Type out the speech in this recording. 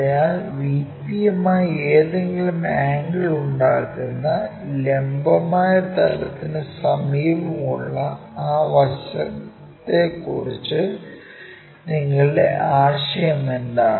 അതിനാൽ VP യുമായി എന്തെങ്കിലും ആംഗിൾ ഉണ്ടാക്കുന്ന ലംബമായ തലത്തിനു സമീപമുള്ള ആ വശത്തെക്കുറിച്ച് നിങ്ങളുടെ ആശയം എന്താണ്